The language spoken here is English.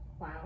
Wow